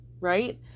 right